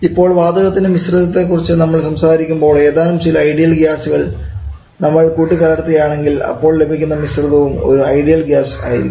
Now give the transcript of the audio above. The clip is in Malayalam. ഇപ്പോൾ വാതകങ്ങളുടെ മിശ്രിതത്തെ കുറിച്ച് നമ്മൾ സംസാരിക്കുമ്പോൾ ഏതാനും ചില ഐഡിയൽ ഗ്യാസുകൾ നമ്മൾ കൂട്ടിക്കലർത്തുകയാണെങ്കിൽ അപ്പോൾ ലഭിക്കുന്ന മിശ്രിതവും ഒരു ഐഡിയൽ ഗ്യാസ് ആയിരിക്കും